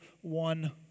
one